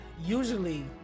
usually